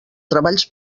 treballs